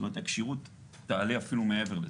הכשירות תעלה אפילו מעבר לזה.